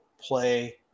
play